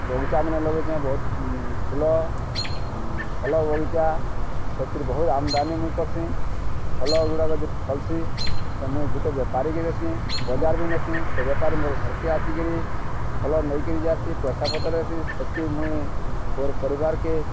ବଗିଚାମାନେ ଲଗେଇଛେଁ ବହୁତ ଫୁଲ ଫଲ ବଗିଚା ସେଥିରେ ବହୁତ ଆମଦାନୀ ମୁଇଁ କର୍ସି ଫଲ ଗୁଡ଼ାକ ଯେତି ଫଲ୍ସି ମୁଇଁ ଗୁଟେ ବେପାରୀକି ଦେସିଁ ବଜାର ବି ନେସିଁ ସେ ବେପାରୀ ମୋର ଘରକେ ଆସିକିରି ଫଲ ନେଇକିରି ଯାଏସି ପଇସା ପତ୍ରରେ ଦେସି ସେତି ମୁଇଁ ମୋର୍ ପରିବାରକେ